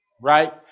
right